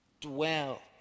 dwell